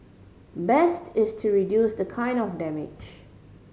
best is to reduce the kind of damage